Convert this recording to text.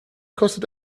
kostet